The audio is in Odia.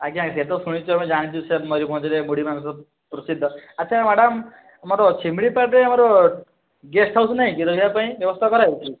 ଆଜ୍ଞା ଆଜ୍ଞା ତ ଶୁଣିଛୁ ଆମେ ଜାଣିଛୁ ସେ ମୟୂରଭଞ୍ଜରେ ମୁଢ଼ି ମାଂସ ପ୍ରସିଦ୍ଧ ଆଚ୍ଛା ମ୍ୟାଡ଼ାମ୍ ଆମର ଶିମିଳିପାଳରେ ଆମର ଗେଷ୍ଟହାଉସ୍ ନାହିଁ କି ରହିବା ପାଇଁ ବ୍ୟବସ୍ଥା କରାହେଇଛି